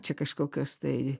čia kažkokios tai